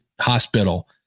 hospital